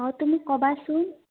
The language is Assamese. অঁ তুমি ক'বাচোন